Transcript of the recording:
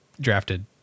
drafted